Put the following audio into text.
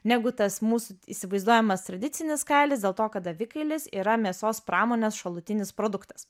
negu tas mūsų įsivaizduojamas tradicinis kailis dėl to kad avikailis yra mėsos pramonės šalutinis produktas